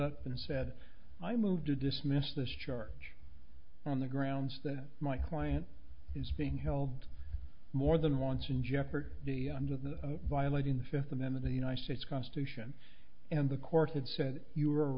up and said i moved to dismiss this charge on the grounds that my client is being held more than once in jeopardy the under the violating the fifth amendment the united states constitution and the court had said you